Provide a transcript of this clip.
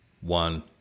one